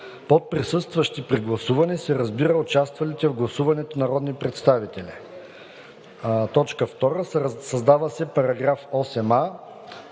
Под „присъстващи“ при гласуване се разбира участвалите в гласуването народни представители.“ 2. Създава се § 8а: „§ 8а.